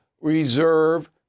reserve